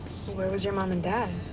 was your mom and dad?